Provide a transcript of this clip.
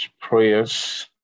prayers